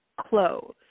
close